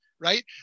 right